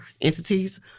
entities